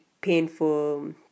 painful